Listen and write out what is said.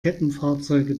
kettenfahrzeuge